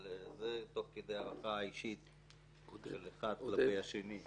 אבל זה תוך כדי הערכה האישית של אחד כלפי השני.